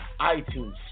iTunes